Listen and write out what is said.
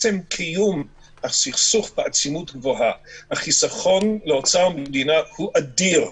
קיום הסכסוך בעצימות גבוהה הוא אדיר.